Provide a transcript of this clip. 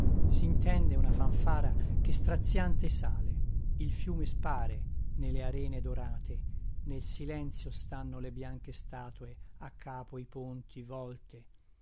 le aiole s'intende una fanfara che straziante sale il fiume spare ne le arene dorate nel silenzio stanno le bianche statue a capo i ponti volte